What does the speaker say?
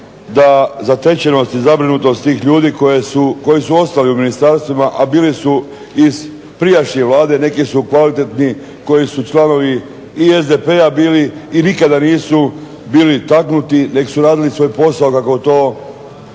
da zatečenost i zabrinutost tih ljudi koji su ostali u ministarstvima, a bili su iz prijašnje Vlade, neki su kvalitetni koji su članovi i SDP-a bili i nikada nisu bili taknuti nego su radili svoj posao kako to